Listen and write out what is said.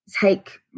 take